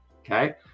Okay